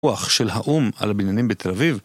רוח של האום על הבניינים בתל אביב